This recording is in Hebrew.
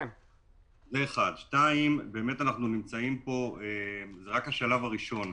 דבר שני, אנחנו נמצאים פה, וזה רק השלב הראשון.